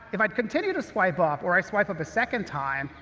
if i continue to swipe up, or i swipe up a second time,